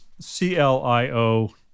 C-L-I-O